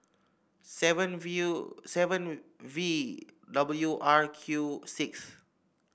seven V O seven V W R Q six